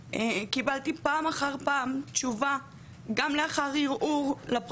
שאין מה לעשות עם התלונה שלי אני הגעתי